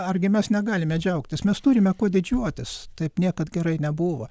argi mes negalime džiaugtis mes turime kuo didžiuotis taip niekad gerai nebuvo